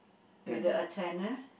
with the antenna